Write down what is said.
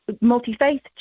multi-faith